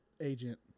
agent